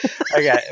Okay